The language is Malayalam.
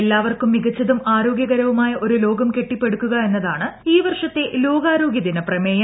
എല്ലാവർക്കും മികച്ചതും ആരോഗ്യകരവുമായ ഒരു ലോകം കെട്ടിപ്പടുക്കുക എന്നതാണ് ഈ വർഷത്തെ ലോകാരോഗൃ ദിന പ്രമേയം